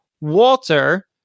Walter